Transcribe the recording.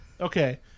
okay